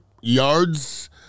yards